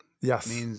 Yes